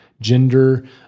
gender